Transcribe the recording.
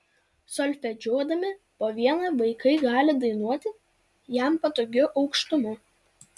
solfedžiuodami po vieną vaikai gali dainuoti jam patogiu aukštumu